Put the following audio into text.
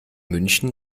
münchen